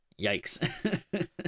yikes